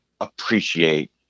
appreciate